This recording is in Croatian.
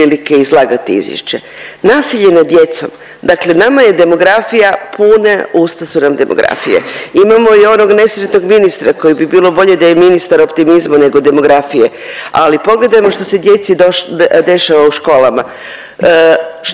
prilike izlagati izvješće. Nasilje nad djecom, dakle nama je demografija, puna usta su nam demografije. Imamo i onog nesretnog ministra koji bi bilo bolje da je ministar optimizma nego demografije, ali pogledajmo što se djeci dešava u školama.